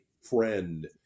friend